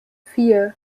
vier